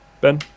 Ben